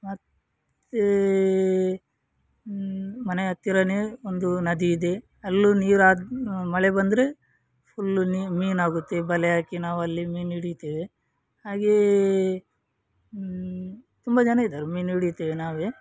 ಮತ್ತು ಮನೆಯ ಹತ್ತಿರವೇ ಒಂದು ನದಿ ಇದೆ ಅಲ್ಲೂ ನೀರಾದ ಮಳೆ ಬಂದರೆ ಫುಲ್ಲು ನೀನು ಮೀನಾಗುತ್ತೆ ಬಲೆ ಹಾಕಿ ನಾವಲ್ಲಿ ಮೀನು ಹಿಡಿತೇವೆ ಹಾಗೆಯೇ ತುಂಬ ಜನ ಇದ್ದಾರೆ ಮೀನು ಹಿಡಿತೇವೆ ನಾವೇ